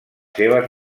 seves